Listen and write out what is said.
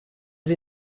sie